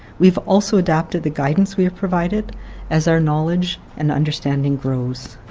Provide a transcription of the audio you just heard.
we've also adapted the guidance we provided as our knowledge and understanding grows.